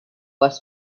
was